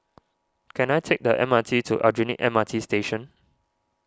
can I take the M R T to Aljunied M R T Station